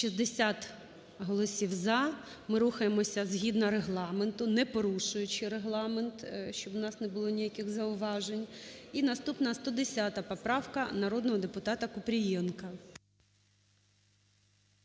13:42:39 За-60 Ми рухаємося згідно Регламенту, не порушуючи Регламент, щоб у нас не було ніяких зауважень. І наступна - 110 поправка народного депутатаКупрієнка.